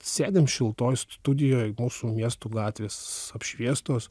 sėdim šiltoj studijoj mūsų miestų gatvės apšviestos